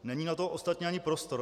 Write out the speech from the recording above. Není na to ostatně ani prostor.